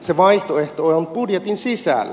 se vaihtoehto on budjetin sisällä